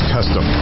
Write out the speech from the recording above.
Custom